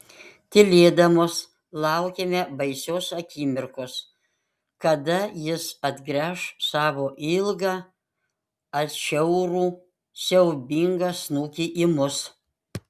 tylėdamos laukėme baisios akimirkos kada jis atgręš savo ilgą atšiaurų siaubingą snukį į mus